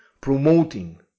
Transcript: promoting